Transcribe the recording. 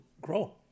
grow